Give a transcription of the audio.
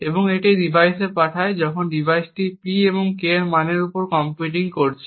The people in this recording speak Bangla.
এবং এটি ডিভাইসে পাঠায় এবং যখন ডিভাইসটি এই P এবং K মানের উপর কম্পিউটিং করছে